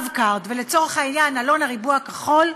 "רב-קארד", ולצורך העניין "אלון הריבוע הכחול",